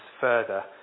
further